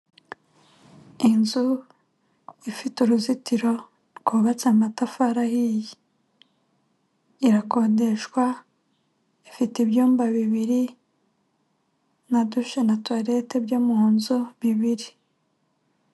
Inzu ifite uruzitiro rwubatse amatafari ahiye. Irakodeshwa, ifite ibyumba bibiri, na duce na tuwarete byo mu nzu bibiri.